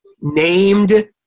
named